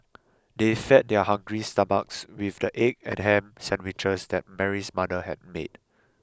they fed their hungry stomachs with the egg and ham sandwiches that Mary's mother had made